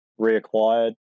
reacquired